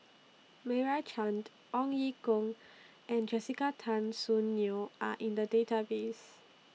Meira Chand Ong Ye Kung and Jessica Tan Soon Neo Are in The Database